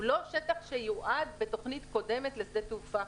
הוא לא שטח שיועד בתוכנית קודמת לשדה תעופה.